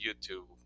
YouTube